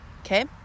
Okay